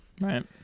Right